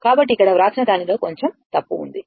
కాబట్టి ఇక్కడ వ్రాసిన దానిలో కొంచెం తప్పు ఉంది